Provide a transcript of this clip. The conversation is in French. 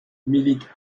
milite